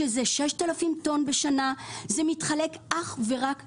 שזה 6,000 טון בשנה, מתחלק אך ורק לגדולים.